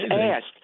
asked